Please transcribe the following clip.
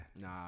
Nah